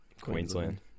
Queensland